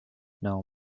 know